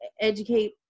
educate